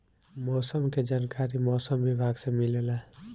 मौसम के जानकारी मौसम विभाग से मिलेला?